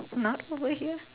not over here